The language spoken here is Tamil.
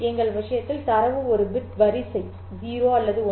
எங்கள் விஷயத்தில் தரவு ஒரு பிட் வரிசை 0 அல்லது 1